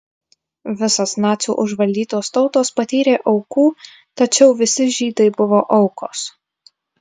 visos nacių užvaldytos tautos patyrė aukų tačiau visi žydai buvo aukos